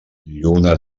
lluna